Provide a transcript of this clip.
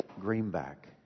greenback